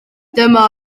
dyma